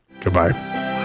Goodbye